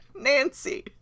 Nancy